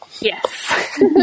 Yes